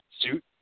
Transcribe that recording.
suit